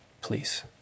please